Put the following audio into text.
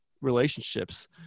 relationships